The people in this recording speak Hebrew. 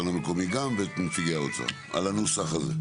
המקומי גם ואת נציגי האוצר על הנוסח הזה,